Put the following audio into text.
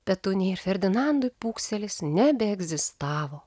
petunijai ir ferdinandui pūkselis nebeegzistavo